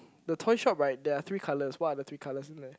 the toy shop right there are three colours what are the three colours in there